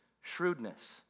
shrewdness